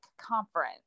conference